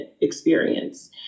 experience